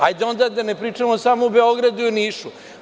Hajde da onda ne pričamo samo o Beogradu i o Nišu.